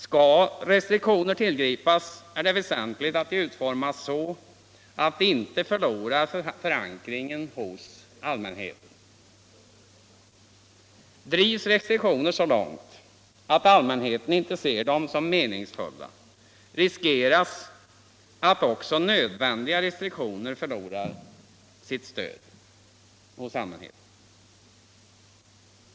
Skall restriktioner tillgripas, är det väsentligt att de utformas så att de inte förlorar förankringen hos allmänheten. Drivs restriktioner så långt att allmänheten inte ser dem som meningsfulla, riskeras att också nödvändiga restriktioner förlorar allmänhetens stöd.